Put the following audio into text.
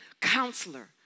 counselor